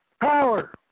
power